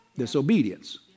disobedience